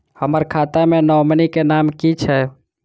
हम्मर खाता मे नॉमनी केँ नाम की छैय